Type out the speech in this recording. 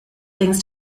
things